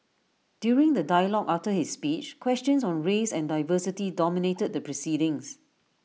during the dialogue after his speech questions on race and diversity dominated the proceedings